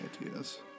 ideas